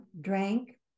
drank